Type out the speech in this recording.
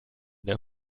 der